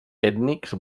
ètnics